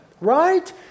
right